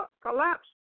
collapsed